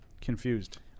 confused